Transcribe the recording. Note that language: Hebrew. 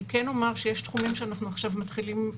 אני כן אומר שיש תחומים שאנחנו עכשיו מתחילים,